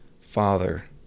father